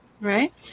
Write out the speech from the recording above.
right